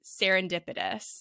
serendipitous